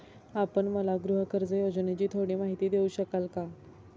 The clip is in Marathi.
आपण मला गृहकर्ज योजनेची थोडी माहिती देऊ शकाल का?